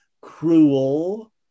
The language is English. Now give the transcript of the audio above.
cruel